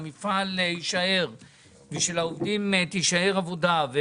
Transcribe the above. זה בכך שהיא גרמה שהמפעל יישאר ולעובדים תישאר עבודה.